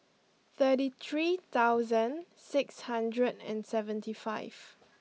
thirty three thousand six hundred and seventy five